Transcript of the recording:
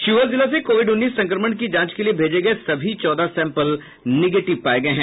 शिवहर जिला से कोविड उन्नीस संक्रमण की जांच के लिए भेजे गये सभी चौदह सैंपल निगेटिव पाये गये हैं